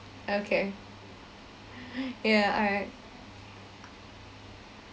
okay ya I